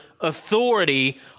authority